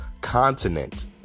continent